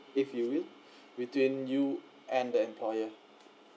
if you will between you and the employer